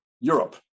Europe